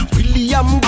William